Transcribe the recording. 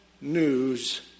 news